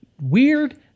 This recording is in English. weird